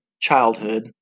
childhood